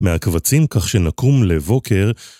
מהקבצים כך שנקום לבוקר